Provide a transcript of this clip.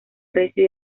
recio